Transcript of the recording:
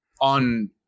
on